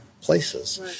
places